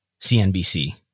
CNBC